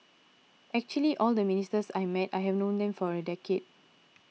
actually all the ministers I met I have known them for a decade